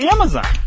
Amazon